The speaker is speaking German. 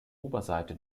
oberseite